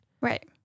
right